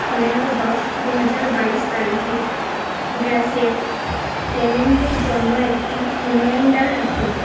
পনেরো দশ দু হাজার বাইশ তারিখে গ্যাসের পেমেন্টের জন্য একটি রিমাইন্ডার রাখুন